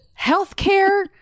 healthcare